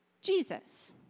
Jesus